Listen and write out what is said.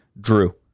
Drew